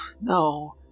no